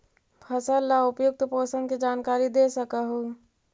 फसल ला उपयुक्त पोषण के जानकारी दे सक हु?